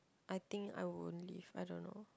I think I won't leave I don't know